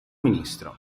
ministro